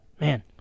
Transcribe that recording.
man